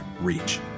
reach